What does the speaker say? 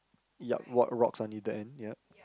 yup rock rocks until the end ya